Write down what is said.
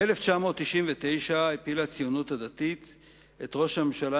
ב-1999 הפילה הציונות הדתית את ראש הממשלה